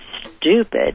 stupid